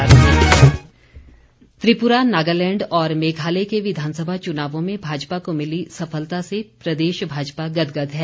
भाजपा जश्न त्रिपुरा नागालैंड और मेघालय के विधानसभा चुनाव में भाजपा को भिली सफलता से प्रदेश भाजपा गदगद है